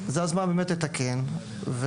באמת לתקן.